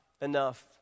enough